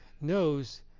knows